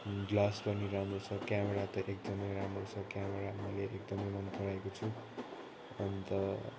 glass पनि राम्रो छ क्यामेरा त एकदमै राम्रो छ क्यामेरा मैले त एकदमै मन पराएको छु अन्त